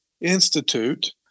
institute